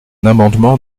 amendement